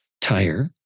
tire